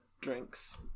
drinks